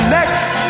Next